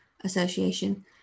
Association